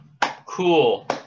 cool